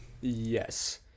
Yes